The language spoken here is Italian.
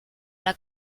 una